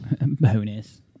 Bonus